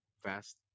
fast